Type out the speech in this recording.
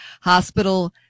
Hospital